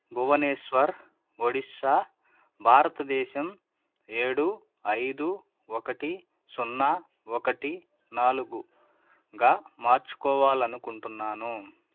భువనేశ్వర్ ఒడిస్సా భారతదేశం ఏడు ఐదు ఒకటి సున్నా ఒకటి నాలుగుగా మార్చుకోవాలనుకుంటున్నాను